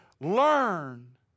learn